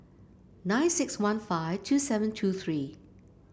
nine six one five two seven two three